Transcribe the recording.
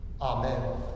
Amen